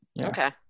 Okay